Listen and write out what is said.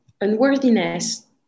unworthiness